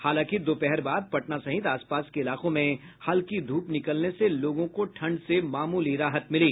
हालांकि दोपहर बाद पटना सहित आसपास के इलाकों में हल्की ध्रप निकलने से लोगों को ठंड से मामूली राहत मिली